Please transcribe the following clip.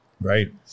right